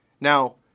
Now